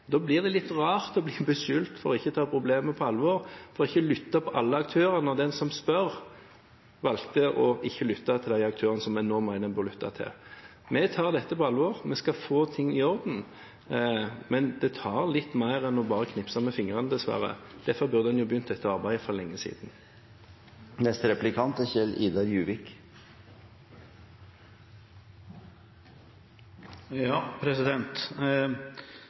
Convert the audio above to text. Da blir det litt rart å bli beskyldt for ikke å ta problemet på alvor, for ikke å lytte til alle aktørene. Og den som spør, valgte ikke å lytte til de aktørene som en nå mener en bør lytte til. Vi tar dette på alvor. Vi skal få ting i orden. Men det tar litt mer tid enn bare å knipse med fingrene, dessverre. Derfor burde en begynt dette arbeidet for lenge siden.